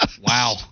Wow